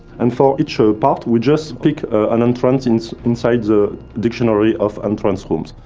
and for each part, we just pick an entrance inside the dictionary of entrance rooms.